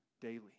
daily